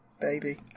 baby